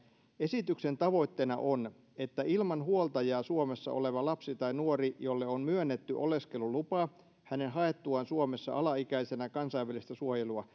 esityksen tavoitteena on että ilman huoltajaa suomessa oleva lapsi tai nuori jolle on myönnetty oleskelulupa hänen haettuaan suomessa alaikäisenä kansainvälistä suojelua